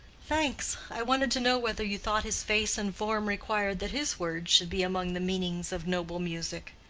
thanks. i wanted to know whether you thought his face and form required that his words should be among the meanings of noble music?